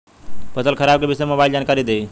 फसल खराब के विषय में मोबाइल जानकारी देही